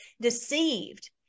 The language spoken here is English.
deceived